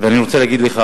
ואני רוצה להגיד לך,